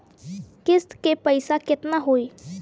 किस्त के पईसा केतना होई?